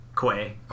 Quay